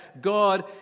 God